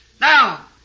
Now